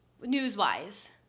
News-wise